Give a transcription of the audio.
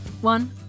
One